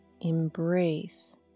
Embrace